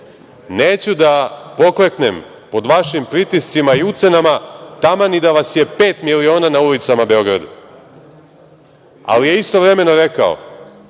neću da pokleknem pod vašim pritiscima i ucenama taman da vas je i pet miliona na ulicama Beograda, ali je istovremeno rekao